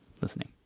listening